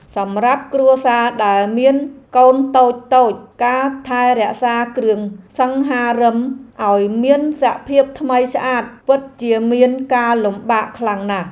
សម្រាប់គ្រួសារដែលមានកូនតូចៗការថែរក្សាគ្រឿងសង្ហារិមឱ្យមានសភាពថ្មីស្អាតពិតជាមានការលំបាកខ្លាំងណាស់។